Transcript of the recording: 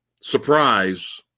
Surprise